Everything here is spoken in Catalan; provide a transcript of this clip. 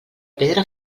pedra